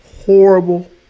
horrible